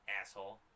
asshole